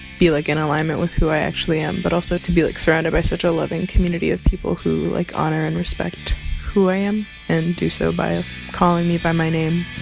like in alignment with who i actually am, but also to be like surrounded by such a loving community of people who like honour and respect who i am and do so by calling me by my name